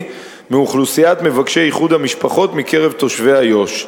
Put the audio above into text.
מאוכלוסיית מבקשי איחוד המשפחות מקרב תושבי איו"ש.